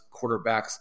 quarterbacks